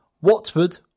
Watford